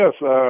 Yes